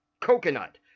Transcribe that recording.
coconut